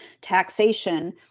taxation